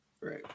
right